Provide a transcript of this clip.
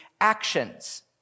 actions